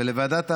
ולוועדת העבודה,